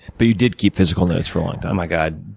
but you did keep physical notes for a long time. oh, my god,